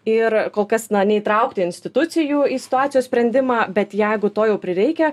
ir kol kas neįtraukti institucijų į situacijos sprendimą bet jeigu to jau prireikia